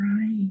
right